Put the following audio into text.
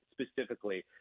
specifically